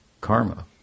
karma